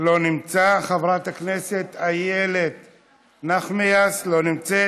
לא נמצא, חברת הכנסת איילת נחמיאס, לא נמצאת.